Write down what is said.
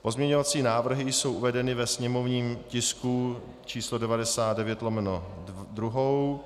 Pozměňovací návrhy jsou uvedeny ve sněmovním tisku číslo 99/2.